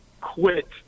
quit